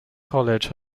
college